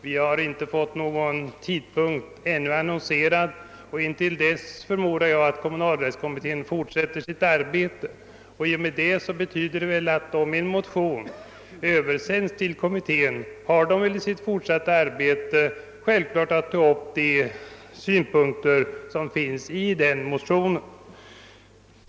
Någon tidpunkt har ännu inte annonserats, och intill dess förslaget kommer förmodar jag att kommunalrättskommittén fortsätter sitt arbete. Det betyder väl att om en motion översändes till kommittén är det självfallet kommitténs uppgift att i sitt fortsatta arbete ta upp synpunkterna i den motionen.